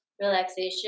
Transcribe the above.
relaxation